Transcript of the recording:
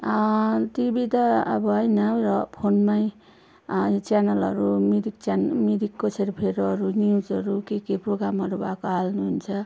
TV त अब होइन र फोनमै च्यानलहरू मिरिक च्यान मिरिकको सेरोफेरोहरू न्युजहरू केके प्रोगामहरू भएको हाल्नुहुन्छ